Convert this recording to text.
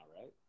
right